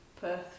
Perth